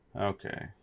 Okay